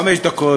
חמש דקות.